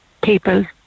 people